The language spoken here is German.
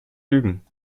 lügen